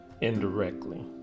indirectly